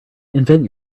invent